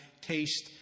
taste